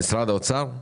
משרד האוצר?